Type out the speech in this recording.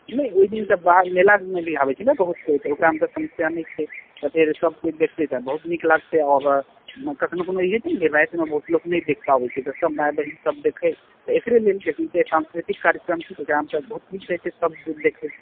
नहि ओहिदिन तऽ मेला मे भी आबै छै ने बहुत कोइ तऽ ओकरा मे तऽ समस्या नहि छै तऽ फेर सबकोइ देखतै तऽ बहुत नीक लगतै और कखनो कखनो ई होइ छै ने की राति मे बहुत लोग नहि देख पाबै छै तऽ सब माय बहिन सब देखै तऽ एकरे लेल सांस्कृतिक कार्यक्रम छै तऽ एकरा मे तऽ सब बहुत नीक रहै छै सब देखै